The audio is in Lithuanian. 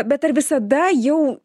bet ar visada jau